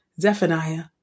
Zephaniah